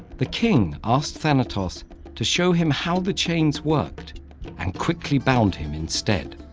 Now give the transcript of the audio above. the king asked thanatos to show him how the chains worked and quickly bound him instead,